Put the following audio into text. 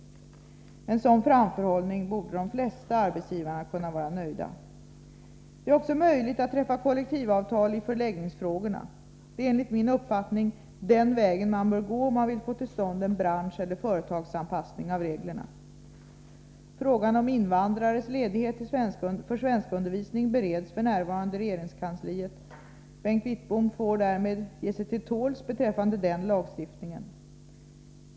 Med en sådan framförhållning borde de flesta arbetsgivare kunna vara nöjda. Det är också möjligt att träffa kollektivavtal i förläggningsfrågorna. Det är enligt min uppfattning den vägen man bör gå om man vill få till stånd en branscheller företagsanpassning av reglerna. Frågan om invandrares ledighet för svenskundervisning bereds f.n. i regeringskansliet. Bengt Wittbom får därför ge sig till tåls beträffande den lagstiftningen.